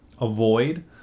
avoid